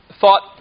thought